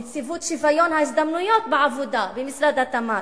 נציבות שוויון ההזדמנויות בעבודה במשרד התמ"ת.